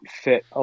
fit